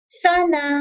sana